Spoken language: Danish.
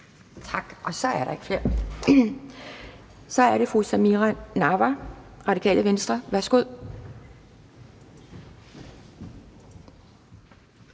korte bemærkninger. Så er det fru Samira Nawa, Radikale Venstre. Værsgo.